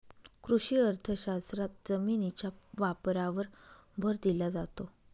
कृषी अर्थशास्त्रात जमिनीच्या वापरावर भर दिला जातो